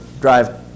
drive